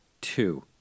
two